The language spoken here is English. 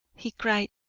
he cried.